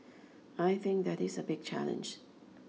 I think that is a big challenge